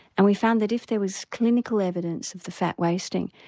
and we found that if there was clinical evidence of the fat wasting,